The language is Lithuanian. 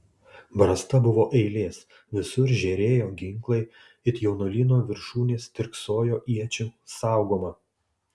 brasta buvo eilės visur žėrėjo ginklai it jaunuolyno viršūnės stirksojo iečių saugoma